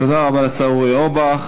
תודה רבה לשר אורי אורבך.